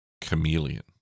chameleon